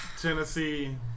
Tennessee